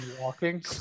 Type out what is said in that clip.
walking